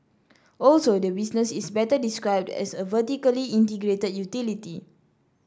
also the business is better described as a vertically integrated utility